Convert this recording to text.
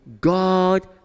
God